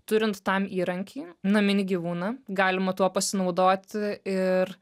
turint tam įrankį naminį gyvūną galima tuo pasinaudoti ir